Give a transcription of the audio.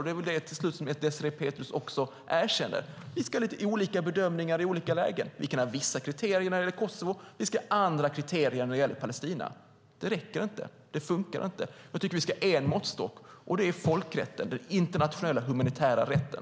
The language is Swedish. Det är väl det som Désirée Pethrus till slut erkänner. Det ska vara lite olika bedömningar i olika lägen. Det kan vara vissa kriterier för Kosovo, andra kriterier för Palestina. Det räcker inte. Det funkar inte. Jag tycker att vi ska ha en måttstock, nämligen folkrätten, den internationella humanitära rätten.